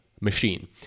machine